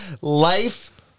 life